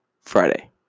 Friday